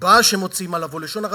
דיבה שמוציאים עליו או לשון הרע.